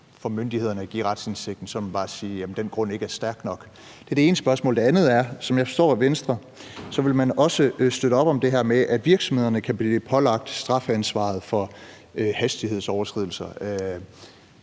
for myndighederne at give aktindsigt, må man bare sige, at den grund ikke er stærk nok? Det er det ene spørgsmål. Det andet handler om, at som jeg forstår Venstre, vil man også støtte op om det her med, at virksomhederne kan blive pålagt strafansvaret for hastighedsoverskridelser.